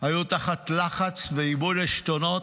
היו תחת לחץ ואיבוד עשתונות,